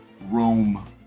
Rome